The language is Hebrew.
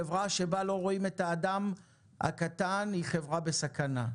חברה שבה לא רואים את האדם הקטן היא חברה בסכנה.